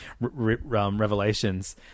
revelations